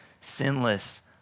sinless